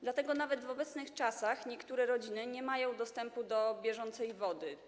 Dlatego nawet w obecnych czasach niektóre rodziny nie mają dostępu do bieżącej wody.